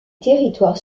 territoires